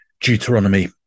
Deuteronomy